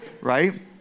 right